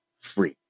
free